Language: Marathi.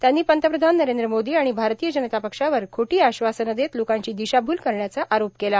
त्यांनी पंतप्रधान नरद्र मोदां आर्गण भारतीय जनता पक्षावर खोटां आश्वासनं देत लोकांची दिशाभूल करण्याचा आरोप केला